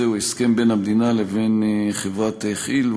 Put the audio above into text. הוא הסכם בין המדינה לבין חברת כי"ל,